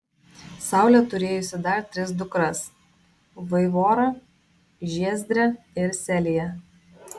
saulė turėjusi dar tris dukras vaivorą žiezdrę ir seliją